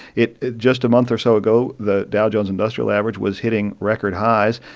it just a month or so ago, the dow jones industrial average was hitting record highs.